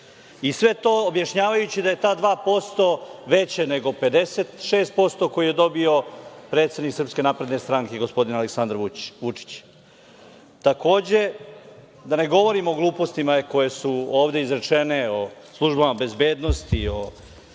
Sve to objašnjavajući da je tih 2% veće nego 56% koje je dobio predsednik SNS, gospodin Aleksandar Vučić. Takođe, da ne govorimo o glupostima koje su ovde izrečene o službama bezbednosti,